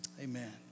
Amen